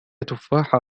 تفاحة